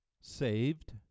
saved